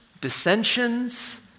dissensions